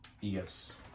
Yes